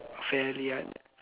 fairly un~